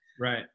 right